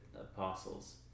apostles